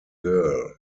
girl